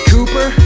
Cooper